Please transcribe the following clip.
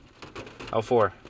L4